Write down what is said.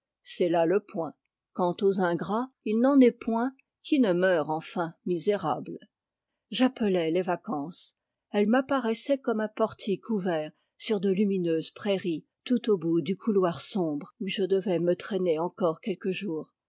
c'est là le point quant aux ingrats il n'en est point qui ne meure enfin misérable j'appelais les vacances elles m'apparais saient comme un portique ouvert sur de lumineuses prairies tout au bout du couloir sombre où je devais me traîner encore quelques jours